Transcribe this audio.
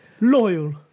Loyal